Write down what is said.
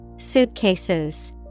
Suitcases